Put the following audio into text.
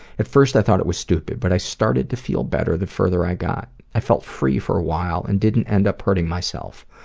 at first i thought it was stupid but i started to feel better the further i got. i felt free for a while and didn't end up hurting myself.